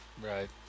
Right